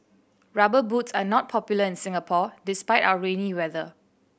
Rubber Boots are not popular in Singapore despite our rainy weather